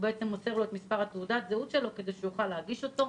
מוסר לו את מספר תעודת הזהות שלו כדי שיוכל להגיש אותה.